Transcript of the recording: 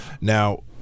Now